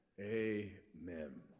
Amen